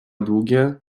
długie